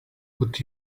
would